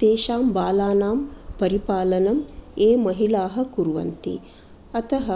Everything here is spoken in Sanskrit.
तेषां बालानां परिपालनं ये महिलाः कुर्वन्ति अतः